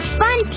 fun